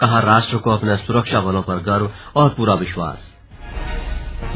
कहा राष्ट्र को अपने सुरक्षा बलों पर गर्व और पूरा विश्वा्स